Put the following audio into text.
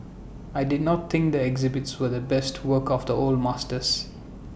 I did not think the exhibits were the best works of the old masters